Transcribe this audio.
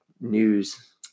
news